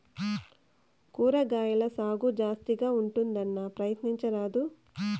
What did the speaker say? కూరగాయల సాగు జాస్తిగా ఉంటుందన్నా, ప్రయత్నించరాదూ